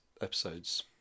episode's